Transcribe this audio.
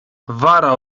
wara